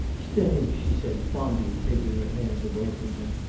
stay, she said, fondly taking her hand away from him,